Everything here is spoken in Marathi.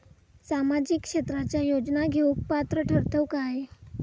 सामाजिक क्षेत्राच्या योजना घेवुक पात्र ठरतव काय?